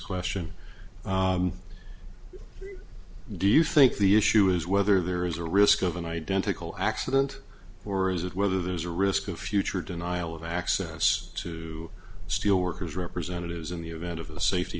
question do you think the issue is whether there is a risk of an identical accident or is it whether there's a risk of future denial of access to steelworkers representatives in the event of a safety